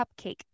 cupcake